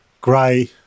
Grey